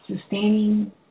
sustaining